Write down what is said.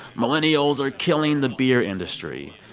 millennials are killing the beer industry.